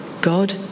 God